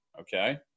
okay